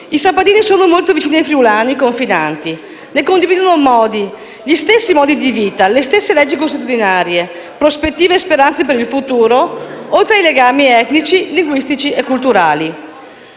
i sappadini sono molto vicini ai friulani confinanti, ne condividono gli stessi modi di vita, le stesse leggi consuetudinarie, prospettive e speranze per il futuro, oltre ai legami etnici, linguistici e culturali.